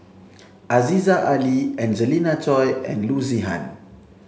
Aziza Ali Angelina Choy and Loo Zihan